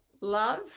love